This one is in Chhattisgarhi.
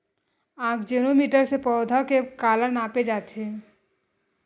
आकजेनो मीटर से पौधा के काला नापे जाथे?